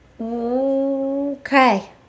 Okay